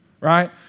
Right